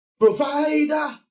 provider